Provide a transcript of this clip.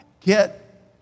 get